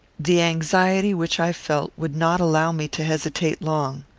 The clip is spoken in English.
the anxiety which i felt would not allow me to hesitate long.